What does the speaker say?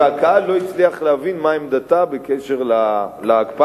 והקהל לא הצליח להבין מה עמדתה בקשר להקפאה,